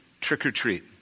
trick-or-treat